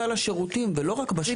גם בסל השירותים ולא רק בשב"ן.